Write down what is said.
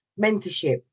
mentorship